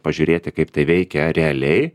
pažiūrėti kaip tai veikia realiai